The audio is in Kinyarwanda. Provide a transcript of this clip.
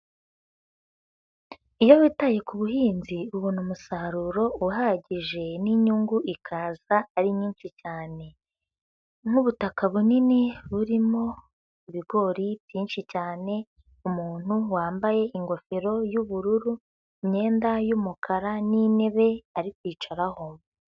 Iyo witaye ku buhinzi ubona umusaruro uhagije n'inyungu ikaza ari nyinshi cyane, nk'ubutaka bunini burimo ibigori byinshi cyane, umuntu wambaye ingofero y'ubururu imyenda y'umukara n'intebe ari kwicaraho.